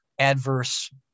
Adverse